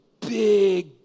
big